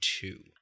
two